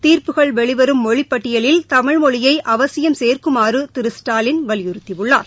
தீர்ப்புகள் வெளிவரும் மொழிப்பட்டியலில் தமிழ் மொழியை அவசியம் சேர்க்குமாறு திரு ஸ்டாலின் வலியுறுத்தியுள்ளார்